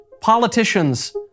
politicians